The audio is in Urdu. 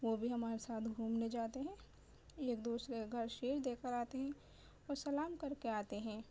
وہ بھی ہمارے ساتھ گھومنے جاتے ہیں ایک دوسرے کے گھر شیر دے کر آتے ہیں اور سلام کر کے آتے ہیں